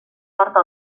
porta